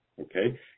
okay